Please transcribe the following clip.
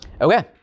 okay